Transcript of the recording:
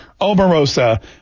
Omarosa